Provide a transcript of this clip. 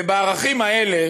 ובערכים האלה